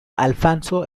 alfonso